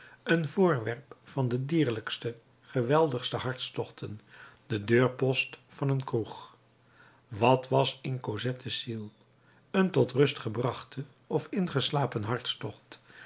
een voorwerp van de dierlijkste geweldigste hartstochten de deurpost van een kroeg wat was in cosettes ziel een tot rust gebrachte of ingeslapen hartstocht